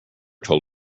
told